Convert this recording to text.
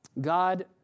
God